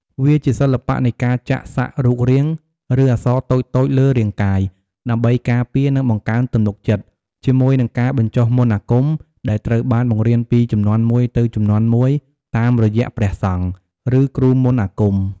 វាជាសិល្បៈនៃការចាក់សាក់រូបរាង ឬអក្សរតូចៗលើរាងកាយ ដើម្បីការពារ និងបង្កើនទំនុកចិត្ត ជាមួយនឹងការបញ្ចុះមន្តអាគមដែលត្រូវបានបង្រៀនពីជំនាន់មួយទៅជំនាន់មួយតាមរយៈព្រះសង្ឃ ឬគ្រូមន្តអាគម។